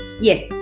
Yes